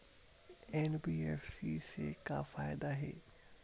NBFC से का फ़ायदा हे?